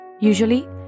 Usually